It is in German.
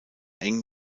eng